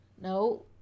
No